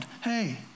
Hey